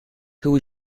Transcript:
who